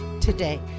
today